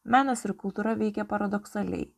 menas ir kultūra veikia paradoksaliai